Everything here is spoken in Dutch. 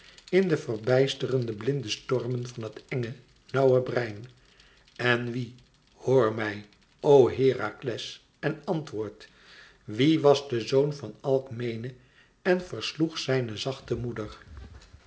in de verbijsterende blinde stormen van het enge nauwe brein en wiè hoor mij o herakles en antwoord wie was de zoon van alkmene en versloeg zijne zachte moeder